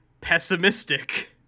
pessimistic